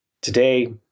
Today